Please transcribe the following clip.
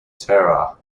terror